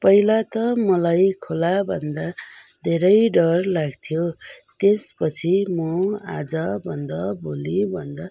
पहिला त मलाई खोला भन्दा धेरै डर लाग्थ्यो त्यसपछि म आज भन्दा भोलि भन्दा